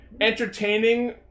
entertaining